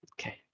okay